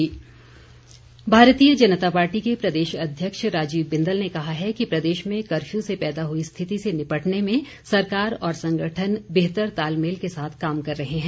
Bindal Bharatiya Janata party के प्रदेश अध्यक्ष राजीव बिंदल ने कहा है कि प्रदेश में कर्फ्यू से पैदा हुई स्थिति से निपटने में सरकार और संगठन बेहतर तालमेल के साथ काम कर रहे हैं